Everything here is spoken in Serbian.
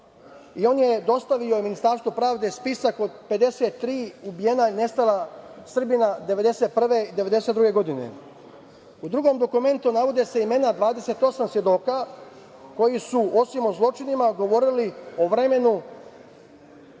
i on je dostavio Ministarstvu pravde spisak od 53 ubijena i nestala Srbina od 1991. do 1992. godine.U drugom dokumentu navode se imena 28 svedoka koji su osim o zločinima govorili o vremenu